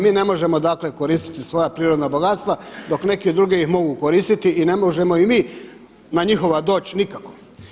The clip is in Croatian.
Mi ne možemo dakle koristiti svoja prirodna bogatstva dok neki drugi ih mogu koristiti i ne možemo i mi na njihova doći nikako.